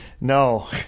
no